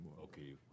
Okay